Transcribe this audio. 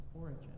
origin